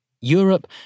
Europe